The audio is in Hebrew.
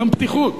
גם פתיחות,